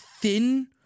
thin